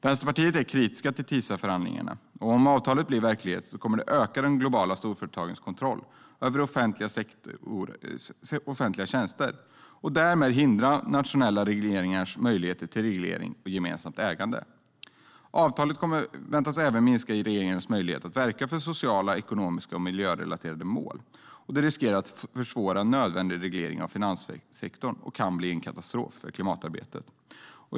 Vänsterpartiet är kritiskt till TISA-förhandlingarna. Om avtalet blir verklighet kommer det att öka de globala storföretagens kontroll över offentliga tjänster och därmed hindra nationella regeringars möjlighet till reglering och gemensamt ägande. Avtalet väntas även minska regeringarnas möjligheter att verka för sociala, ekonomiska och miljörelaterade mål, och det riskerar att försvåra nödvändig reglering av finanssektorn och kan bli en katastrof för klimatarbetet.